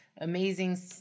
amazing